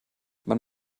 man